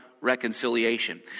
reconciliation